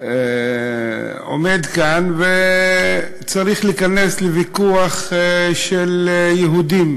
עומד כאן וצריך להיכנס לוויכוח של יהודים.